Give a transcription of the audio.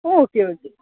okay okay